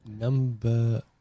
number